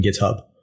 github